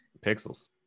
Pixels